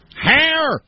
Hair